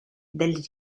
del